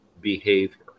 behavior